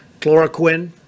chloroquine